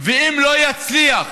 ואם הוא לא יצליח,